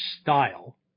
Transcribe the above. style